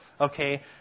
okay